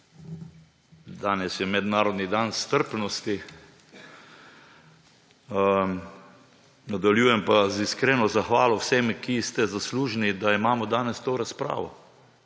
Danes je mednarodni dan strpnosti. Nadaljujem pa z iskreno zahvalo vsem, ki ste zaslužni, da imamo danes to razpravo.